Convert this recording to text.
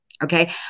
Okay